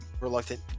reluctant